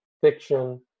fiction